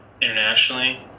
internationally